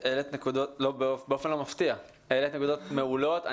באופן לא מפתיע העלית נקודות מעולות.